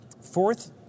Fourth